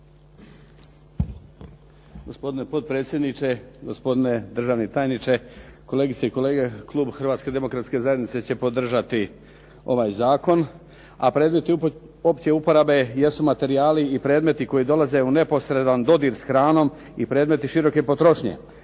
Gospodine potpredsjedniče, gospodine državni tajniče, kolegice i kolege. Klub Hrvatske demokratske zajednice će podržati ovaj zakon, a predmeti opće uporabe jesu materijali i predmeti koji dolaze u neposredan dodir s hranom i predmeti široke potrošnje.